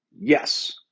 Yes